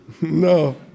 No